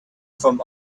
from